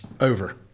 over